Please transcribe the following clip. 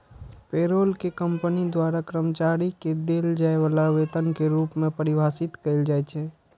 payroll कें कंपनी द्वारा कर्मचारी कें देल जाय बला वेतन के रूप मे परिभाषित कैल जाइ छै